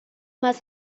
mas